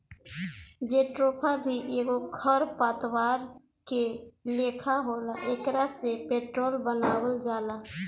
jatropha भी एगो खर पतवार के लेखा होला एकरा से पेट्रोल बनावल जाला